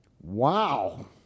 wow